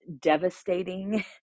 devastating